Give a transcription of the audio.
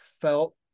felt